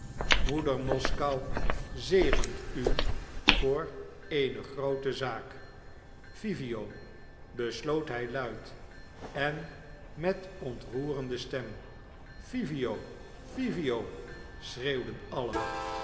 moeder moskou zegent u voor eene groote zaak jivio besloot hij luid en met ontroerende stem jivio jivio schreeuwden allen